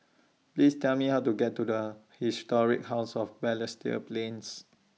Please Tell Me How to get to The Historic House of Balestier A Plains